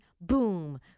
boom